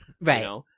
right